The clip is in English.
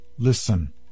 Listen